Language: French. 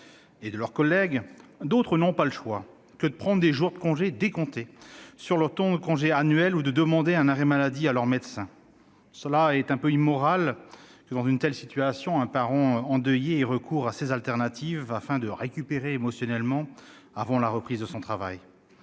et de leurs collègues, d'autres n'ont d'autre choix que de prendre des jours de congé décomptés de leur temps de congé annuel ou de demander un arrêt maladie à leur médecin. Il est quelque peu immoral qu'un parent endeuillé ait à recourir à pareille alternative afin de récupérer émotionnellement avant la reprise de son travail.